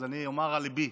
אז אני אומר את אשר על ליבי.